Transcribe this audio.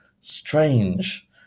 strange